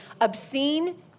obscene